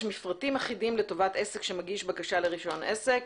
מפרטים אחידים לטובת עסק שמגיש בקשה לרישיון עסק,